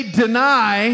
deny